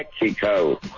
Mexico